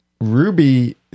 Ruby